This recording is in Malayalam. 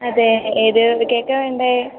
അതേ ഏതു കേക്കാണ് വേണ്ടത്